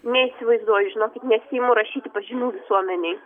neįsivaizduoju žinokit nesiimu rašyti pažymių visuomenei